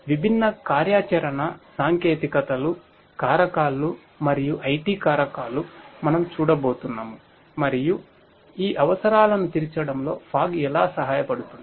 కాబట్టి విభిన్న కార్యాచరణ సాంకేతికతలు కారకాలు మరియు IT కారకాలు మనం చూడబోతున్నాం మరియు ఈ అవసరాలను తీర్చడంలో ఫాగ్ సహాయపడుతుంది